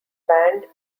banned